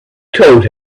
told